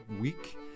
week